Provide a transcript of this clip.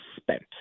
spent –